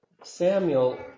Samuel